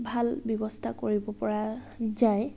ভাল ব্যৱস্থা কৰিব পৰা যায়